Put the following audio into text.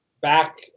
back